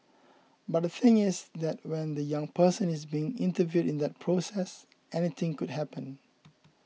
but the thing is that when the young person is being interviewed in that process anything could happen